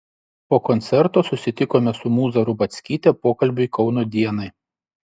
po koncerto susitikome su mūza rubackyte pokalbiui kauno dienai